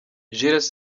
jules